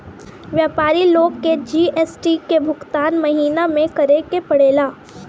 व्यापारी लोग के जी.एस.टी के भुगतान महीना में करे के पड़ेला